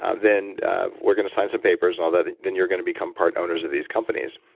ah then we're going to sign some papers and all that and then you're going to become part owners of these companies.